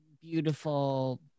beautiful